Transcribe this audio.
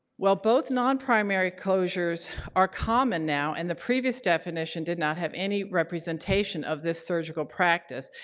well, both non-primary closures are common now and the previous definition did not have any representation of this surgical practice.